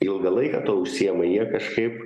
ilgą laiką tuo užsiima jie kažkaip